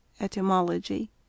Etymology